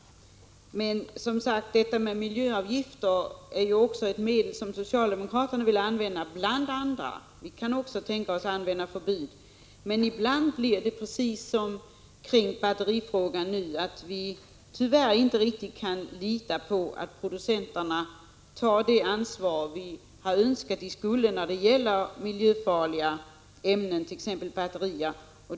Miljöavgifter är också ett medel bland andra som socialdemokraterna vill använda — vi kan också tänka oss förbud. Men ibland blir det som med batterifrågan, att vi tyvärr inte kan lita på att producenterna tar det ansvar som är önskvärt när det gäller miljöfarliga ämnen, t.ex. i batterier.